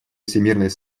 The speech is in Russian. всемерной